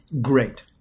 great